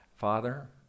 Father